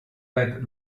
seit